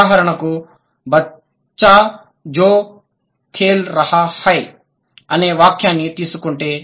ఉదాహరణకు బచ్చా జో ఖేల్ రాహా హై ఆ అబ్బాయి ఆడుతున్నాడు అనే వాక్యాన్ని తీసుకుంటే